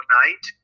night